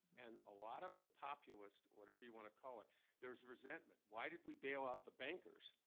and a lot of the populist whatever you want to call it there's resentment. why did we bail out the bankers,